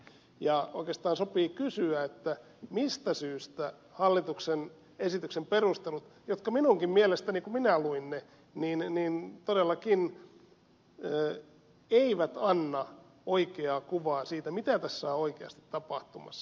ja oikeastaan sopii kysyä mistä syystä hallituksen esityksen perustelut ja näin on minunkin mielestäni kun minä luin ne todellakaan eivät anna oikeaa kuvaa siitä mitä tässä on oikeasti tapahtumassa